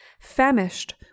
Famished